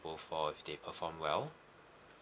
for if they perform well